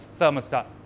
thermostat